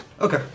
Okay